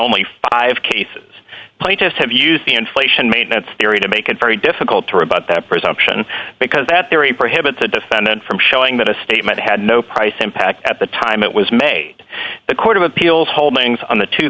only five cases plaintiffs have used the inflation maintenance theory to make it very difficult to rebut that presumption because that there are a prohibited defendant from showing that a statement had no price impact at the time it was made the court of appeals holdings on the two